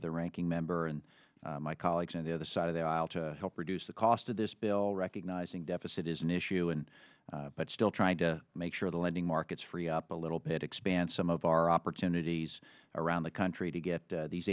the ranking member and my colleagues on the other side of the aisle to help reduce the cost of this bill recognizing deficit is an issue and but still trying to make sure the lending markets free up a little bit expand some of our opportunities around the country to get these